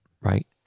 right